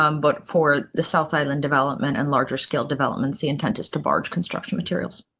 um but for the cell cycle, and development and larger scale developments, the intent is to barge construction materials.